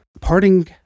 parting